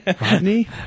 rodney